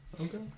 Okay